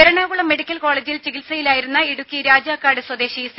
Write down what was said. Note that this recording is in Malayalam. എറണാകുളം മെഡിക്കൽ കോളേജിൽ ചികിത്സയിലായിരുന്ന ഇടുക്കി രാജാക്കാട് സ്വദേശി സി